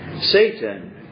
Satan